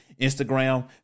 Instagram